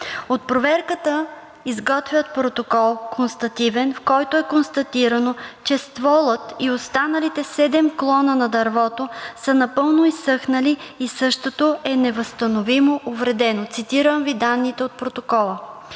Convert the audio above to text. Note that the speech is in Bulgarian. От проверката изготвят констативен протокол, в който е констатирано, че стволът и останалите седем клона на дървото са напълно изсъхнали и същото е невъзстановимо увредено. Цитирам Ви данните от протокола.